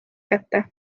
kätte